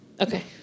Okay